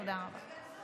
תודה רבה.